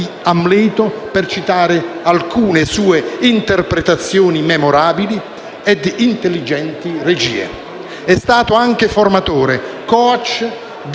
«Amleto», per citare alcune delle sue interpreazioni memorabili e intelligenti regie. È stato anche formatore, *coach* di